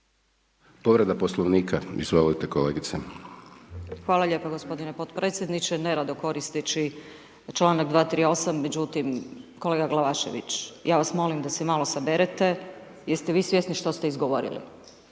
Povreda poslovnika, izvolite, kolega. **Glavak, Sunčana (HDZ)** Hvala lijepo g. potpredsjedniče, nerado koristeći čl. 238. međutim, kolega Glavašević, ja vas molim da se malo saberete, jeste vi svjesni što ste izgovorili?